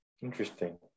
interesting